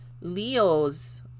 Leo's